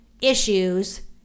issues